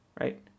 right